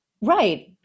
Right